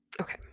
Okay